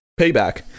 Payback